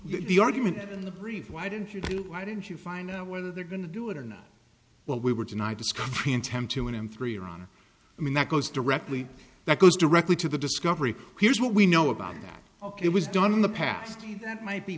the argument in the brief why didn't you why didn't you find out whether they're going to do it or not what we were denied this country in ten two and three around i mean that goes directly that goes directly to the discovery here's what we know about that it was done in the past that might be